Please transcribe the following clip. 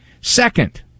Second